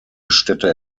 städte